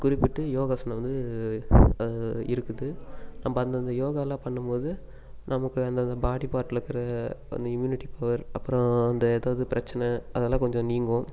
குறிப்பிட்டு யோகாசனம் வந்து இருக்குது நம்ம அந்தந்த யோகாலாம் பண்ணும் போது நமக்கு அந்தந்த பாடி பார்ட்டில் இருக்கிற அந்த இம்யூனிட்டி பவர் அப்புறோம் அந்த ஏதாவது பிரச்சின அதெல்லாம் கொஞ்சம் நீங்கும்